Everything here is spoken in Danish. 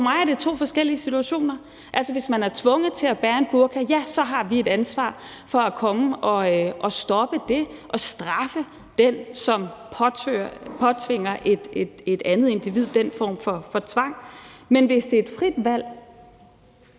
For mig er det to forskellige situationer. Altså, hvis man er tvunget til at bære en burka, ja, så har vi et ansvar for at komme og stoppe det og straffe den, som påtvinger et andet individ den form for tvang.